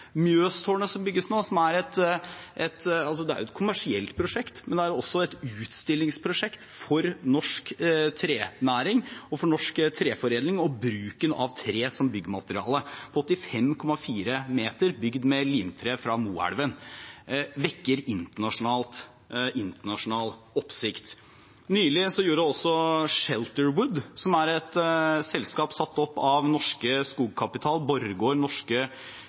Mjøstårnet, som bygges nå, er et kommersielt prosjekt, men det er også et utstillingsprosjekt for norsk trenæring, for norsk treforedling og for bruken av tre som byggemateriale. Det er 85,4 meter høyt, bygd med limtre fra Moelven og vekker internasjonal oppsikt. Nylig gjorde også Shelterwood, som er et selskap satt opp av Norsk Skogkapital, Borregaard, Norske